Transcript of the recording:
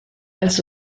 als